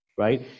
right